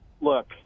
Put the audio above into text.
look